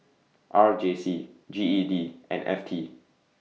R J C G E D and F T